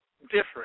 Different